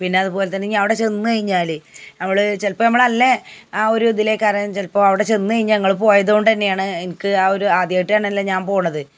പിന്നെ അതുപോലെ തന്നിനി അവിടെ ചെന്ന് കഴിഞ്ഞാൽ അവൾ ചെൽപ്പമ്മളല്ലെ ആ ഒരിതിലേയ്ക്കാര ചിലപ്പോൾ അവടെ ചെന്ന് കഴിഞ്ഞാൽ നിങ്ങൾ പോയത് കൊണ്ട് തന്നെയാണ് എനിക്ക് ആ ഒരു ആദ്യയിട്ട് ആണ് ഞാൻ പോണത്